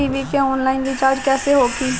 TV के online recharge कैसे होखी?